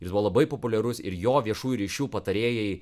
jis buvo labai populiarus ir jo viešųjų ryšių patarėjai